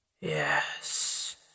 Yes